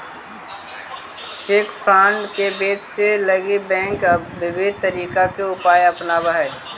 cheque fraud से बचे लगी बैंक विविध तरीका के उपाय अपनावऽ हइ